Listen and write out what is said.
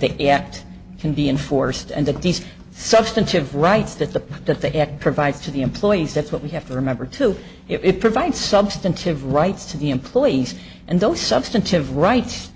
the act can be enforced and that these substantive rights that the that the ecb provides to the employees that's what we have to remember too it provides substantive rights to the employees and those substantive rights